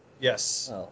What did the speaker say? Yes